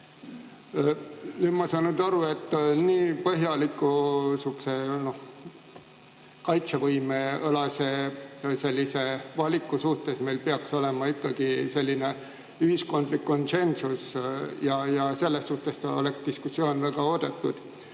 ma saan aru, et nii põhjaliku, sihukese kaitsevõimealase valiku suhtes meil peaks olema ikkagi selline ühiskondlik konsensus. Selles suhtes oleks diskussioon väga oodatud.